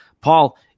Paul